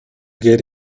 get